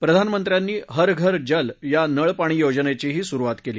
प्रधानमंत्र्यांनी हर घर जल या नळपाणी योजनेचेही सुरुवात केली